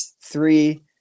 three